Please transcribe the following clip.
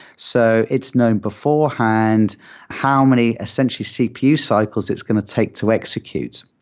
so it's known beforehand how many essentially cpu cycles it's going to take to execute.